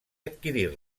adquirir